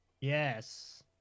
Yes